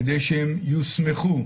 כדי שהם יוסמכו?